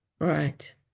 right